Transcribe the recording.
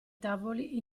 tavoli